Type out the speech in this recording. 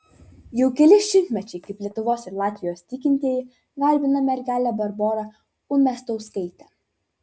jau keli šimtmečiai kaip lietuvos ir latvijos tikintieji garbina mergelę barborą umiastauskaitę